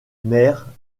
maire